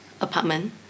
apartment